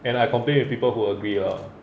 and I complain with people who agree ah